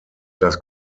das